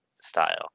style